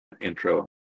intro